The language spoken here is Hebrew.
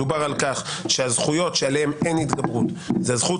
מדובר על כך שהזכויות שעליהן אין התגברות זו הזכות